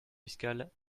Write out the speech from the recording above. fiscales